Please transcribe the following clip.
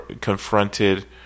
confronted